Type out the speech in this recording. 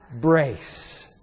brace